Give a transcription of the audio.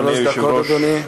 שלוש דקות, אדוני.